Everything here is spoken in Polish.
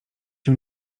się